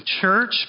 Church